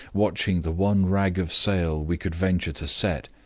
watching the one rag of sail we could venture to set,